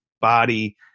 body